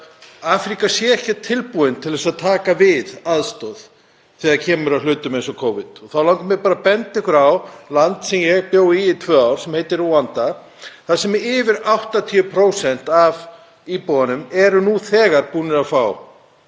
Afríka sé ekki tilbúin til að taka við aðstoð þegar kemur að hlutum eins og Covid. Þá langar mig bara að benda ykkur á land sem ég bjó í í tvö ár sem heitir Rúanda þar sem yfir 80% af íbúunum eru nú þegar búin að fá